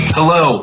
Hello